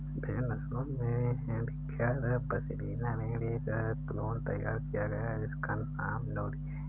भेड़ नस्लों में विख्यात पश्मीना भेड़ का एक क्लोन तैयार किया गया है जिसका नाम नूरी है